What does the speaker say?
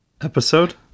episode